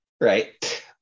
Right